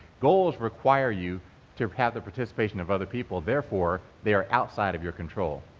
goals require you to have the participation of other people, therefore, they are outside of your control.